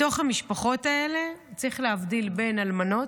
בתוך המשפחות האלה, צריך להבדיל בין אלמנות,